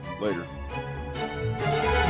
Later